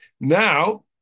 now